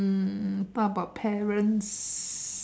um talk about parents